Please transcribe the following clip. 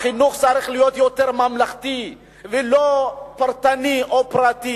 החינוך צריך להיות יותר ממלכתי ולא פרטני או פרטי.